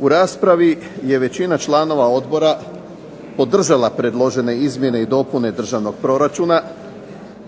U raspravi je većina članova odbora podržala predložene izmjene i dopune državnog proračuna